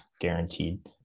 guaranteed